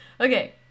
Okay